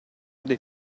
dei